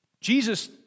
Jesus